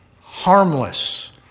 harmless